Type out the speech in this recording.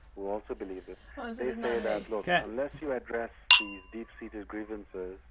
who also believe it they say that, look, unless you address these deep-seated grievances,